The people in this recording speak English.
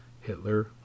Hitler